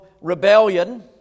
rebellion